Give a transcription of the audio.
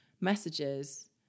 messages